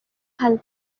ভাল